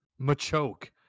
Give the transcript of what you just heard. Machoke